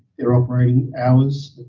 their operating hours,